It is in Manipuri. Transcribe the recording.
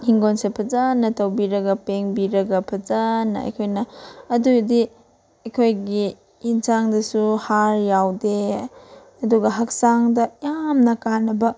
ꯍꯤꯡꯒꯣꯟꯁꯦ ꯐꯖꯅ ꯇꯧꯕꯤꯔꯒ ꯄꯦꯡꯕꯤꯔꯒ ꯐꯖꯅ ꯑꯩꯈꯣꯏꯅ ꯑꯗꯨꯑꯣꯏꯗꯤ ꯑꯩꯈꯣꯏꯒꯤ ꯑꯦꯟꯖꯥꯡꯗꯨꯁꯨ ꯍꯥꯔ ꯌꯥꯎꯗꯦ ꯑꯗꯨ ꯍꯛꯆꯥꯡꯗ ꯌꯥꯝꯅ ꯀꯥꯟꯅꯕ